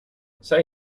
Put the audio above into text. zij